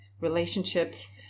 relationships